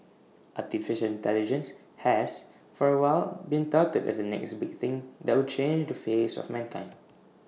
Artificial Intelligence has for A while been touted as the next big thing that will change the face of mankind